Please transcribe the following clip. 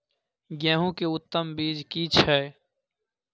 गेहूं के उत्तम बीज की छै?